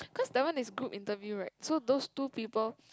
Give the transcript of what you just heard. cause that one is group interview right so those two people